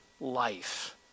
life